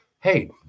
Hey